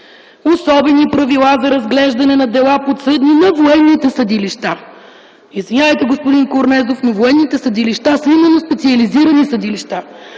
„Особени правила за разглеждане на дела, подсъдни на военните съдилища”. Извинявайте, господин Корнезов, но военните съдилища са специализирани съдилища.